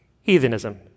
Heathenism